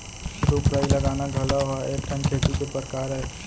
रूख राई लगाना घलौ ह एक ठन खेती के परकार अय